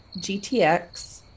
GTX